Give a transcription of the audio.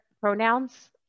pronouns